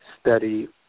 study